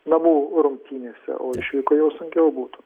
namų rungtynėse o išvykoj jau sunkiau būtų